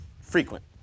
frequent